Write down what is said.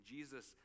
Jesus